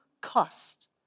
cost